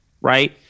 right